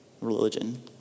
religion